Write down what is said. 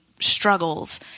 struggles